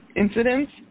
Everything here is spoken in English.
incidents